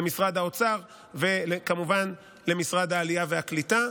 למשרד האוצר וכמובן למשרד העלייה והקליטה.